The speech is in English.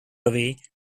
away